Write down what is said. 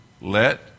Let